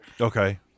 Okay